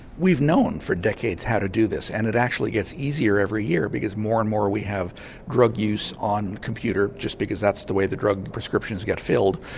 we've known for decades how to do this and it actually gets easier every year because more and more we have drug use on computer just because that's the way the drug prescriptions get filled.